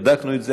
כשבדקנו את זה,